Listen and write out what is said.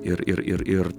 ir ir ir ir